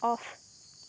off